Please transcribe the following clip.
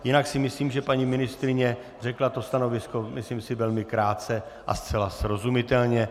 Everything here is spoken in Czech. Jinak si myslím, že paní ministryně řekla to stanovisko myslím si velmi krátce a zcela srozumitelně.